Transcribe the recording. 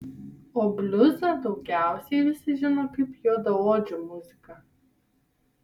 o bliuzą daugiausiai visi žino kaip juodaodžių muziką